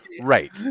right